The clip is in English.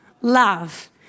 love